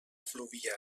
fluvià